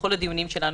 בכל הדיונים שלנו,